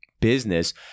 business